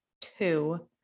two